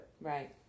Right